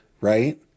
right